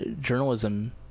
journalism